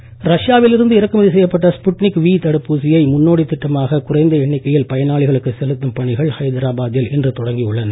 Sputnik ரஷ்யாவில் இருந்து இறக்குமதி செய்யப்பட்ட ஸ்புட்னிக் வி தடுப்பூசியை முன்னோடி திட்டமாக குறைந்த எண்ணிக்கையில் பயனாளிகளுக்கு செலுத்தும் பணிகள் ஐதராபாத்தில் இன்று தொடங்கி உள்ளன